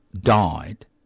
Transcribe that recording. died